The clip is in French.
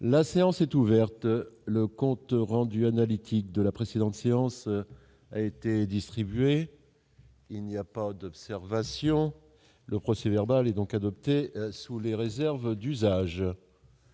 La séance est ouverte.. Le compte rendu analytique de la précédente séance a été distribué. Il n'y a pas d'observation ?... Le procès-verbal est adopté sous les réserves d'usage.